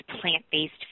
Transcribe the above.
plant-based